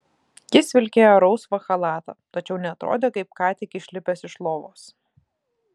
jis vilkėjo rausvą chalatą tačiau neatrodė kaip ką tik išlipęs iš lovos